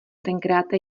tenkráte